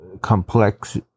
complex